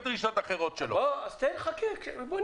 אז חכה, סליחה.